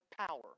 power